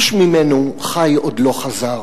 איש ממנו חי עוד לא חזר.